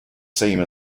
same